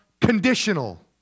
conditional